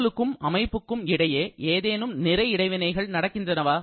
சூழலுக்கும் அமைப்புக்கும் இடையே ஏதேனும் நிறை இடைவினைகள் நடக்கின்றனவா